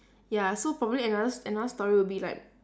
ya so probably another another story will be like